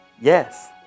yes